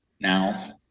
now